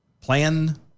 Plan